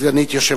סגנית יושב